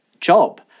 job